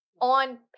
on